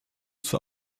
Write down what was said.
zur